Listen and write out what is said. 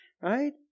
right